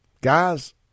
guys